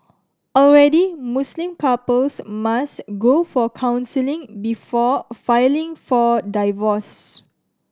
already Muslim couples must go for counselling before filing for divorce